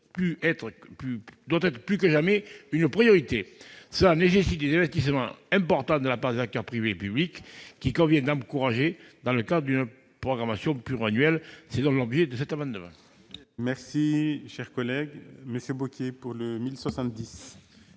plus que jamais une priorité. Cela nécessite des investissements importants de la part des acteurs privés et publics, qu'il convient d'encourager dans le cadre d'une programmation pluriannuelle. Tel est l'objet de cet amendement.